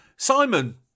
Simon